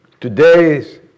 Today's